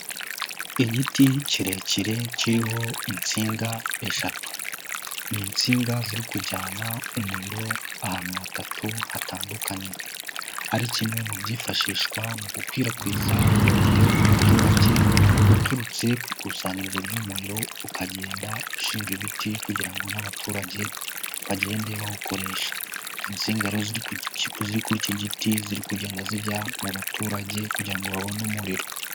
Igiti kirekire kiriho insinga eshatu n'insinga, ni insinga ziri kujyana umuriro ahantu hatatu hatandukanye, ari kimwe mu byifashishwa mu gukwirakwiza umuriro mu baturage uturutse ku ikusanyirizo ry'umuriro ukagenda ushinga ibiti kugira ngo n'abaturage bagende bawukoresha, hari insingaro rero ziri kuri iki giti ziri kugenda zijya mu baturage kugira ngo babone umuriro.